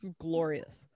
Glorious